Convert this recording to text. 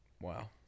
Wow